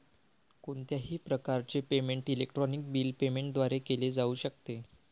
कोणत्याही प्रकारचे payment electronic bill payment द्वारे केले जाऊ शकते